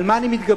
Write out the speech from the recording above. על מה אני מתגבר?